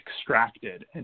extracted